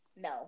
No